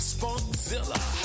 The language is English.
Spunkzilla